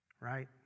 right